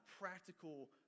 practical